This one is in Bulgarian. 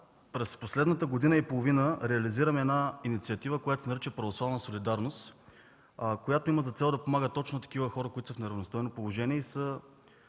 през последната година и половина реализираме инициатива, която се нарича „Православна солидарност”. Тя има за цел да подпомага точно такива хора, които са в неравностойно положение и